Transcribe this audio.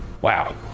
wow